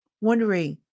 wondering